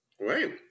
Right